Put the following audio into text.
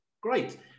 Great